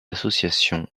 associations